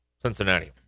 Cincinnati